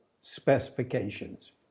specifications